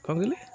କ'ଣ କହିଲେ